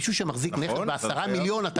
מישהו שמחזיק נכס בעשרה מיליון,